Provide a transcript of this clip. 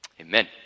Amen